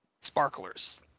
sparklers